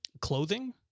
clothing